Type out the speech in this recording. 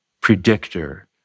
predictor